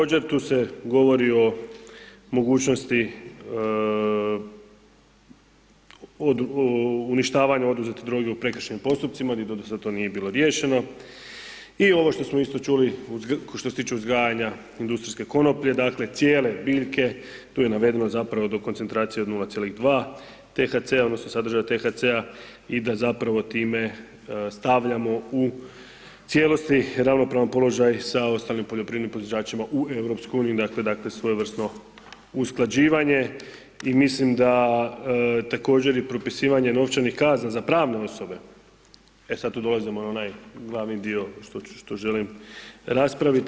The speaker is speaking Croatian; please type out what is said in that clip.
Također tu se govori o mogućnosti od uništavanja oduzete droge u prekršajnim postupcima, di .../nerazumljivo/... to nije bilo riješeno i ovo što smo isto čuli što se tiče uzgajanja industrijske konoplje, dakle, cijele biljke, tu je navedeno zapravo do koncentracije od 0,2 THC-a odnosno sadržaja THC-a i da zapravo time stavljamo u cijelosti ravnopravan položaj sa ostalim poljoprivrednim proizvođačima u EU, dakle, svojevrsno usklađivanje i mislim da također i propisivanje i novčanih kazna za pravne osobe, e sad tu dolazimo na onaj glavni dio što želim raspraviti.